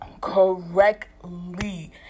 correctly